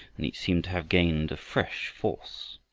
and each seemed to have gained a fresh force.